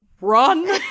run